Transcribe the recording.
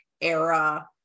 era